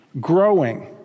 growing